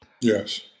Yes